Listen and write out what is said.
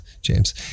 James